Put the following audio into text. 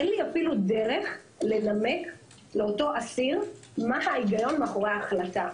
אין לי אפילו דרך לנמק לאותו אסיר מה ההיגיון מאחורי ההחלטה.